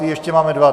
ještě máme dva.